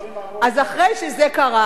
אז אחרי שזה קרה,